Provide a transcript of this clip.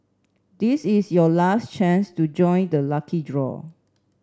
this is your last chance to join the lucky draw